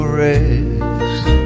rest